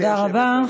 תודה רבה.